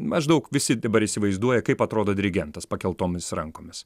maždaug visi dabar įsivaizduoja kaip atrodo dirigentas pakeltomis rankomis